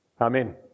Amen